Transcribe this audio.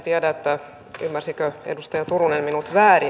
en tiedä ymmärsikö edustaja turunen minut väärin